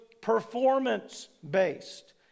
performance-based